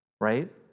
right